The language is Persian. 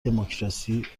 دموکراسی